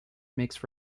makes